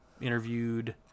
interviewed